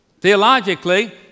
Theologically